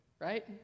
right